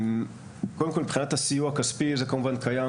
קודם כל מבחינת הסיוע הכספי זה כמובן קיים.